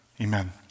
amen